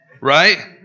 Right